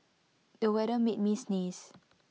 the weather made me sneeze